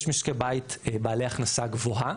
יש משקי בית בעלי הכנסה גבוהה